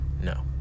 no